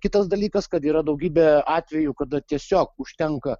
kitas dalykas kad yra daugybė atvejų kada tiesiog užtenka